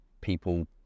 people